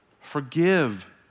Forgive